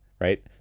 Right